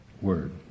word